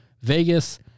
Vegas